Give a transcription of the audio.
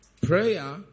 prayer